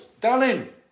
darling